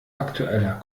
aktueller